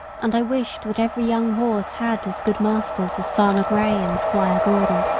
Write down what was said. and i wished that every young horse had as good masters as farmer grey and squire gordon.